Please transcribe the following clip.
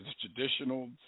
traditional